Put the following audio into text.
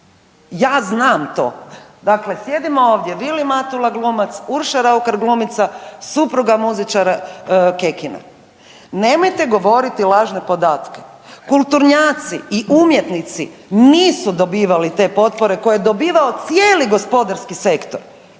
Ja znam to, dakle sjedimo ovdje Vilim Matula glumac, Urša Raukar glumica, supruga muzičara Kekina. Nemojte govoriti lažne podatke, kulturnjaci i umjetnici nisu dobivali te potpore koje dobivao cijeli gospodarski sektor.